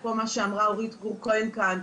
אפרופו מה שאמרה אורית גור כהן כאן,